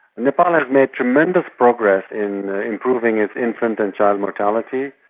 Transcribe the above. nepal has made tremendous progress in improving its infant and child mortality,